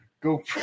go